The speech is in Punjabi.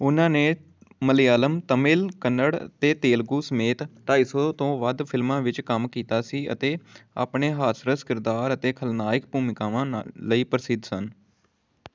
ਉਨ੍ਹਾਂ ਨੇ ਮਲਿਆਲਮ ਤਮਿਲ ਕੰਨੜ ਅਤੇ ਤੇਲਗੂ ਸਮੇਤ ਢਾਈ ਸੌ ਤੋਂ ਵੱਧ ਫਿਲਮਾਂ ਵਿੱਚ ਕੰਮ ਕੀਤਾ ਸੀ ਅਤੇ ਆਪਣੇ ਹਾਸਰਸ ਕਿਰਦਾਰ ਅਤੇ ਖਲਨਾਇਕ ਭੂਮਿਕਾਵਾਂ ਨਾ ਲਈ ਪ੍ਰਸਿੱਧ ਸਨ